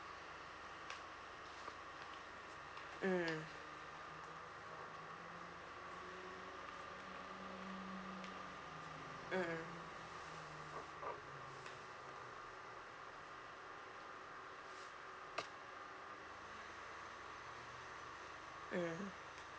mm mm mm